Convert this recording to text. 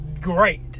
great